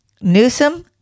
Newsom